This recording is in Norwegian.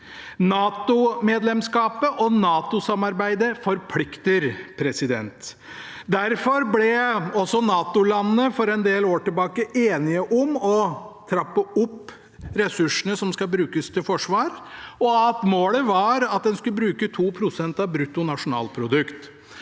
NATO-medlemskapet og NATO-samarbeidet forplikter. Derfor ble NATO-landene for en del år tilbake enige om å trappe opp ressursene som skal brukes til forsvar, og at målet var at en skulle bruke 2 pst. av brutto nasjonalprodukt.